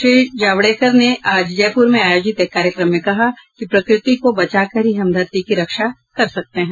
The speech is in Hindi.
श्री जावड़ेकर ने आज जयपुर में आयोजित एक कार्यक्रम में कहा कि प्रकृति को बचाकर ही हम धरती की रक्षा कर सकते हैं